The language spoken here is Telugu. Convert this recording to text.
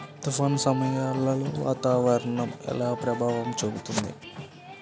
తుఫాను సమయాలలో వాతావరణం ఎలా ప్రభావం చూపుతుంది?